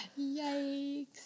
Yikes